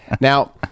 Now